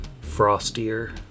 frostier